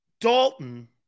Dalton